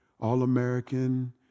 All-American